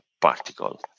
particle